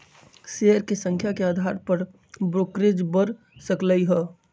share के संख्या के अधार पर ब्रोकरेज बड़ सकलई ह